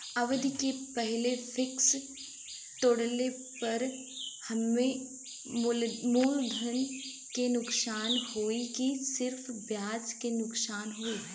अवधि के पहिले फिक्स तोड़ले पर हम्मे मुलधन से नुकसान होयी की सिर्फ ब्याज से नुकसान होयी?